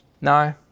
No